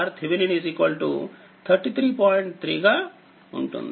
3గా ఉంటుంది